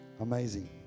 Amazing